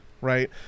right